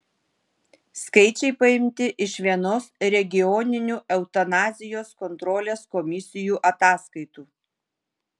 skaičiai paimti iš vienos regioninių eutanazijos kontrolės komisijų ataskaitų